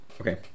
Okay